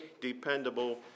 dependable